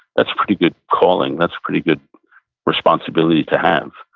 that's a pretty good calling. that's a pretty good responsibility to have.